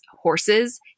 Horses